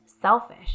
selfish